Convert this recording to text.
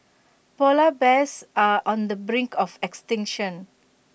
Polar Bears are on the brink of extinction